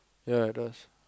ya it does